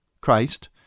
Christ